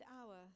hour